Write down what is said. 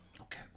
Okay